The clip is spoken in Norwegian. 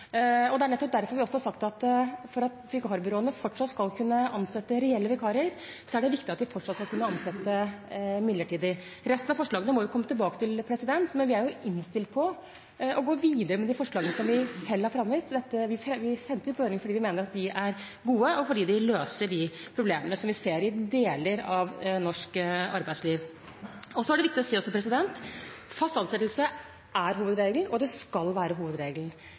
Det er nettopp derfor vi også har sagt at for at vikarbyråene fortsatt skal kunne ansette reelle vikarer, er det viktig at de fortsatt skal kunne ansette midlertidig. Resten av forslagene må vi komme tilbake til, men vi er innstilt på å gå videre med de forslagene vi selv har fremmet. Vi sendte dem ut på høring fordi vi mener at de er gode, og fordi de løser de problemene vi ser i deler av norsk arbeidsliv. Så er det også viktig å si: Fast ansettelse er hovedregelen, og det skal være hovedregelen.